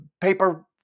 paper